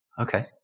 Okay